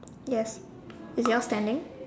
yes is it all standing